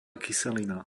kyselina